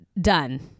done